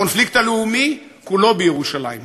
הקונפליקט הלאומי, כולו בירושלים.